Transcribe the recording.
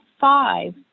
five